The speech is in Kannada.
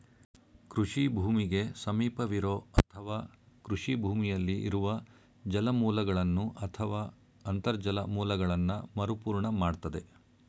ಕೃಷಿ ಭೂಮಿಗೆ ಸಮೀಪವಿರೋ ಅಥವಾ ಕೃಷಿ ಭೂಮಿಯಲ್ಲಿ ಇರುವ ಜಲಮೂಲಗಳನ್ನು ಅಥವಾ ಅಂತರ್ಜಲ ಮೂಲಗಳನ್ನ ಮರುಪೂರ್ಣ ಮಾಡ್ತದೆ